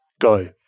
Go